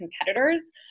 competitors